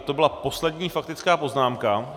To byla poslední faktická poznámka.